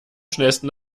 schnellsten